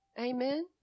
Amen